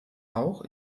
auch